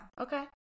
Okay